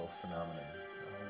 phenomenon